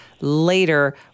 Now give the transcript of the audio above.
later